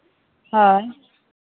ᱦᱳᱭ